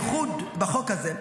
הייחוד בחוק הזה,